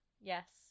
Yes